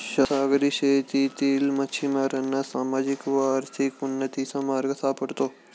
सागरी शेतीतील मच्छिमारांना सामाजिक व आर्थिक उन्नतीचा मार्ग सापडतो